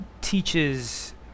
teaches